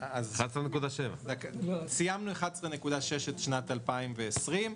11.7. סיימנו 11.6 את שנת 2020,